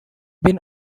been